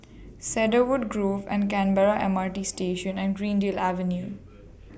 Cedarwood Grove and Canberra M R T Station and Greendale Avenue